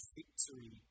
victory